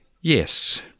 yes